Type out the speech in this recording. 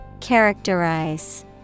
Characterize